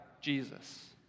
Jesus